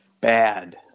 Bad